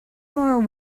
more